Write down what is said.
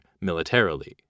militarily